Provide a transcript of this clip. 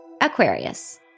Aquarius